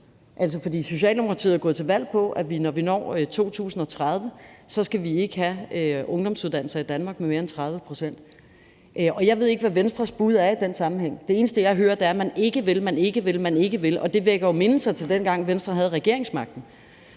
For Socialdemokratiet er gået til valg på, at vi, når vi når 2030, så ikke skal have ungdomsuddannelser i Danmark med mere end 30 pct., og jeg ved ikke, hvad Venstres bud er i den sammenhæng. Det eneste, jeg hører, er, at man ikke vil, og at man ikke vil, og det vækker jo mindelser til dengang, da Venstre havde regeringsmagten.